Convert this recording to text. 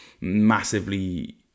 massively